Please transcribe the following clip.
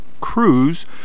Cruise